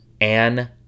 Anne